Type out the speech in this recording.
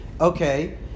Okay